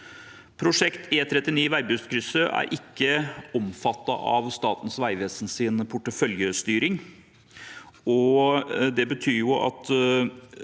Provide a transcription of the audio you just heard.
Prosjektet E39 Veibustkrysset er ikke omfattet av Statens vegvesens porteføljestyring